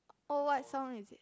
oh what song is it